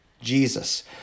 Jesus